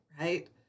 right